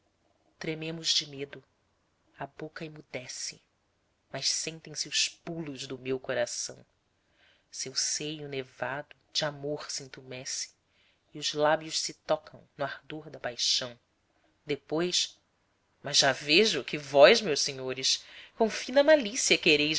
trememos de medo a boca emudece mas sentem-se os pulos do meu coração seu seio nevado de amor se intumesce e os lábios se tocam no ardor da paixão depois mas já vejo que vós meus senhores com fina malícia quereis